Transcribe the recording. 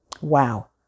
Wow